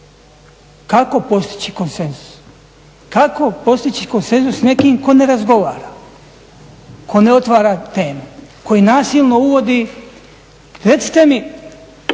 Kako postići konsenzus, kako postići konsenzus s nekim tko ne razgovara, tko ne otvara teme koji nasilno uvodi, recite mi